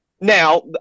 now